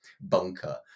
bunker